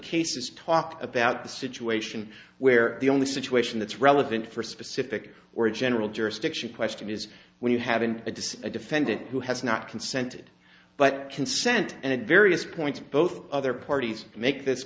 case is talked about the situation where the only situation that's relevant for specific or general jurisdiction question is when you have in a decide to fend it who has not consented but consent and at various points both other parties make this